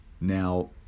now